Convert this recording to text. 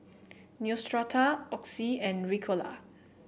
Neostrata Oxy and Ricola